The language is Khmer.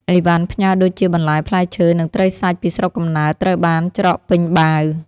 អីវ៉ាន់ផ្ញើដូចជា បន្លែ ផ្លែឈើ និងត្រីសាច់ពីស្រុកកំណើតត្រូវបានច្រកពេញបាវ។